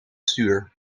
stuur